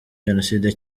jenoside